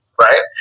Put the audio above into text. Right